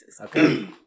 Okay